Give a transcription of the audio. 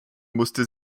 musste